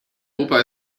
opa